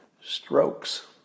strokes